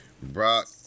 Brock